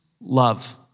love